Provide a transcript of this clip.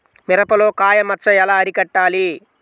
మిరపలో కాయ మచ్చ ఎలా అరికట్టాలి?